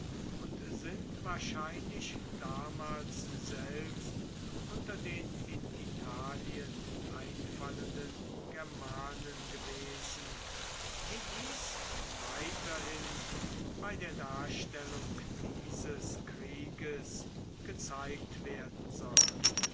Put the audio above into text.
und sind wahrscheinlich damals selbst unter den in italien einfallenden germanen gewesen wie dies weiterhin bei der darstellung dieses krieges gezeigt werden soll